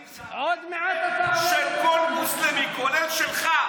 שכל שהיד זה הקפטן של כל מוסלמי, כולל שלך.